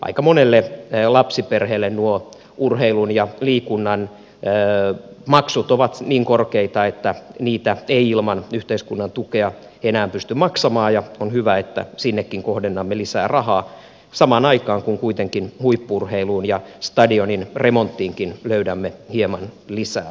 aika monelle lapsiperheelle nuo urheilun ja liikunnan maksut ovat niin korkeita että niitä ei ilman yhteiskunnan tukea enää pysty maksamaan ja on hyvä että sinnekin kohdennamme lisää rahaa samaan aikaan kun kuitenkin huippu urheiluun ja stadionin remonttiinkin löydämme hieman lisää rahaa